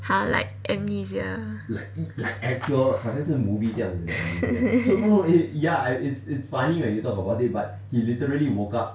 !huh! like amnesia ah